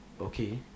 okay